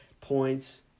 points